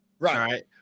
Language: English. Right